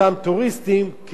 אותם טוריסטים,